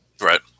right